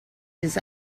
his